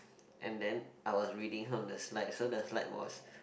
and then I was reading from the slides so the slide was